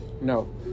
no